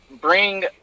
bring